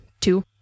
two